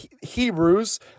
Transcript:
Hebrews